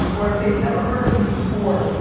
or if they've never heard of me before,